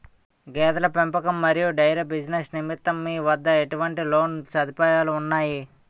గేదెల పెంపకం మరియు డైరీ బిజినెస్ నిమిత్తం మీ వద్ద ఎటువంటి లోన్ సదుపాయాలు ఉన్నాయి?